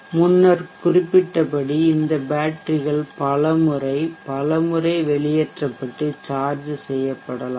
நான் முன்னர் குறிப்பிட்டபடி இந்த பேட்டரிகள் பல முறை பல முறை வெளியேற்றப்பட்டு சார்ஜ் செய்யப்படலாம்